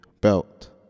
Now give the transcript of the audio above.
belt